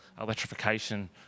electrification